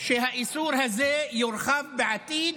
שהאיסור הזה יורחב בעתיד